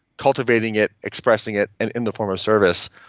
cultivating it, expressing it and in the form of service.